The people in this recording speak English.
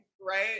right